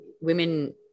women